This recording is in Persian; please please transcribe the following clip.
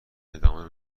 ادامه